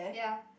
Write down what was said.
ya